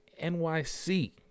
NYC